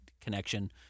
connection